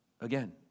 again